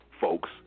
folks